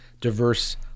diverse